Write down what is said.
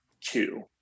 two